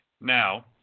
Now